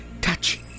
touch